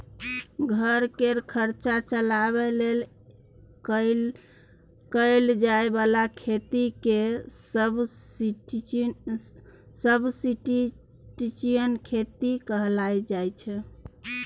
घर केर खर्चा चलाबे लेल कएल जाए बला खेती केँ सब्सटीट्युट खेती कहल जाइ छै